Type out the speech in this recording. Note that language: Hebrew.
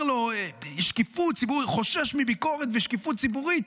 שקיפות ציבורית, חושש מביקורת ושקיפות ציבורית.